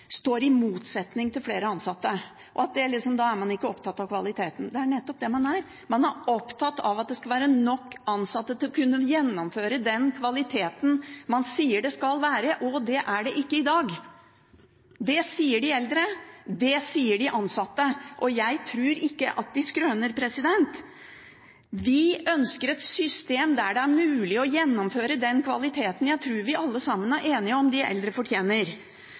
og at da er man liksom ikke opptatt av kvaliteten. Det er nettopp det man er, man er opptatt av at det skal være nok ansatte til å kunne gjennomføre den kvaliteten man sier det skal være, og det er det ikke i dag. Det sier de eldre, det sier de ansatte, og jeg tror ikke at de skrøner. Vi ønsker et system der det er mulig å gjennomføre den kvaliteten jeg tror vi alle sammen er enige om at de eldre fortjener.